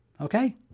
Okay